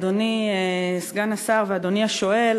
אדוני סגן השר ואדוני השואל,